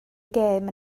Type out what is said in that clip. gêm